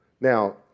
Now